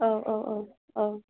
औ औ औ औ